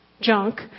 junk